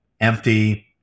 empty